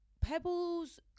pebbles